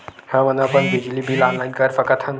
हमन अपन बिजली बिल ऑनलाइन कर सकत हन?